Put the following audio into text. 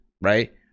right